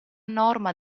norma